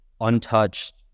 untouched